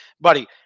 Buddy